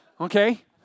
Okay